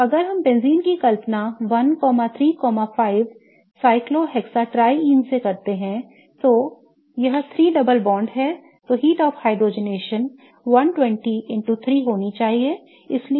तो अगर हम बेंजीन की कल्पना 1 3 5 साइक्लोएक्सेट्रीयन 1 3 5 cyclohexatriene से करते हैं तो यह 3 डबल बॉन्ड है तो heat of hydrogenation 120 3 होनी चाहिए